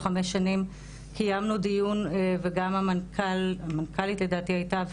או חמש שנים קיימנו דיון וגם המנכ"לית לדעתי הייתה,